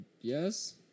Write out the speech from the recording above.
yes